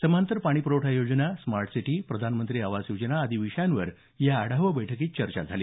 समांतर पाणी पुरवठा योजना स्मार्ट सिटी प्रधानमंत्री आवास योजना आदी विषयांवर या आढावा बैठकीत चर्चा झाली